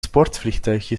sportvliegtuigje